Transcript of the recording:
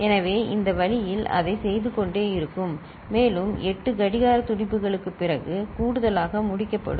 எனவே இந்த வழியில் அதைச் செய்து கொண்டே இருக்கும் மேலும் 8 கடிகார துடிப்புகளுக்குப் பிறகு கூடுதலாக முடிக்கப்படும்